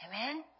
Amen